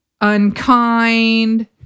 unkind